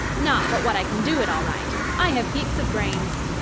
not but what i can do it, all right. i have heaps of brains.